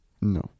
No